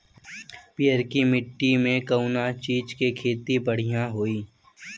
पियरकी माटी मे कउना चीज़ के खेती बढ़ियां होई?